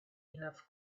enough